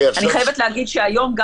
אני חייבת להגיד שהיום,